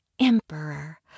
emperor